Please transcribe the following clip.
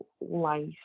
life